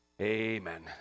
amen